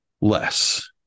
less